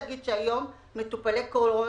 הבריאות שהמצב הוא פחות או יותר נורמאלי.